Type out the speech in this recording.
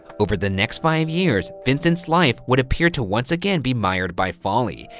over the next five years, vincent's life would appear to once again be mired by folly,